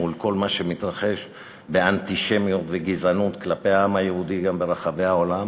מול כל מה שמתרחש באנטישמיות וגזענות כלפי העם היהודי גם ברחבי העולם,